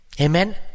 Amen